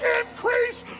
increase